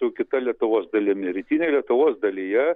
su kita lietuvos dalimi rytinėj lietuvos dalyje